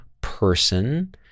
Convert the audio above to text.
person